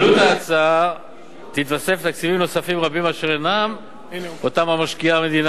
עלות ההצעה תתווסף לתקציבים נוספים רבים שמשקיעה המדינה